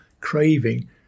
craving